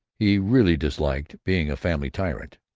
he really disliked being a family tyrant,